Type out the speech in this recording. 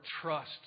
trust